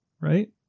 right